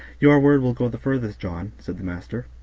your word will go the furthest, john, said the master,